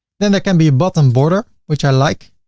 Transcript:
then there can be a bottom border which i like,